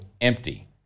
empty